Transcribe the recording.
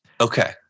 Okay